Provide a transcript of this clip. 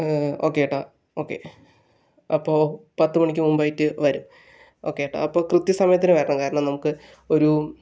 okay ചേട്ടാ okay അപ്പോൾ പത്തു മണിക്ക് മുൻപായിട്ട് വരും ഓക്കേ ചേട്ടാ അപ്പോൾ കൃത്യസമയത്തു തന്നെ വരണം അപ്പോൾ നമുക്ക് ഒരു